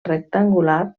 rectangular